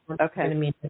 Okay